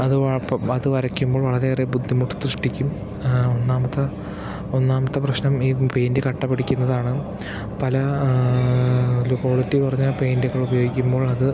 അത് വരയ്ക്കുമ്പോൾ വളരെ ഏറെ ബുദ്ധിമുട്ട് സൃഷ്ടിക്കും ഒന്നാമത്തെ ഒന്നാമത്തെ പ്രശ്നം ഈ പെയിൻറ് കട്ട പിടിക്കുന്നതാണ് പല ലോ ക്വാളിറ്റി കുറഞ്ഞ പെയിന്റുകൾ ഉപയോഗിക്കുമ്പോൾ അത്